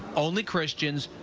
only christians,